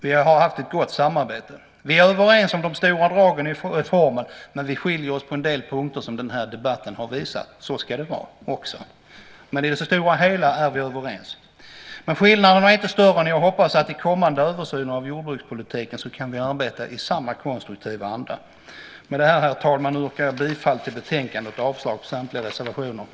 Vi har haft ett gott samarbete. Vi är överens om de stora dragen i reformen, men vi skiljer oss på en del punkter, som den här debatten har visat, och så ska det vara. Men i det stora hela är vi överens. Skillnaderna är inte större än att jag hoppas att vi vid kommande översyner av jordbrukspolitiken kan arbeta i samma konstruktiva andra. Herr talman! Med detta yrkar jag bifall till förslagen i betänkandet och avslag på samtliga reservationer.